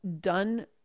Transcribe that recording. done